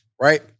right